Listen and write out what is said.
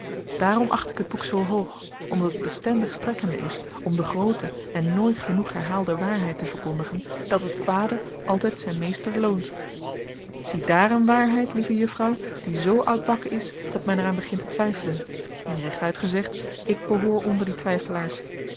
daarom acht ik het boek zoo hoog omdat het bestendig strekkende is om de groote en nooit genoeg herhaalde waarheid te verkondigen dat het kwade altijd zijn meester loont ziedaar een waarheid lieve juffrouw die zoo oudbakken is dat men er aan begint te twijfelen en rechtuit gezegd ik behoor onder die twijfelaars